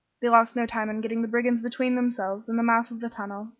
they lost no time in getting the brigands between themselves and the mouth of the tunnel,